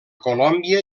colòmbia